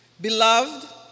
Beloved